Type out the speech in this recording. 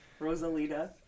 Rosalita